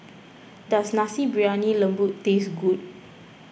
does Nasi Briyani Lembu taste good